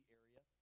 area